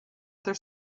other